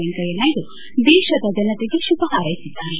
ವೆಂಕಯ್ಯನಾಯ್ಡ ದೇಶದ ಜನತೆಗೆ ಶುಭ ಹಾರ್ೈಸಿದ್ದಾರೆ